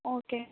okay